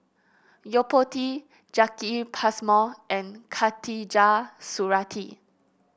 Yo Po Tee Jacki Passmore and Khatijah Surattee